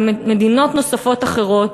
ובמדינות נוספות אחרות,